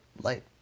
light